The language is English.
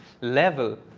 level